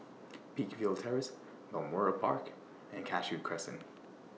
Peakville Terrace Balmoral Park and Cashew Crescent